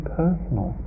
personal